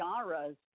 genres